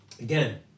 Again